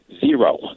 Zero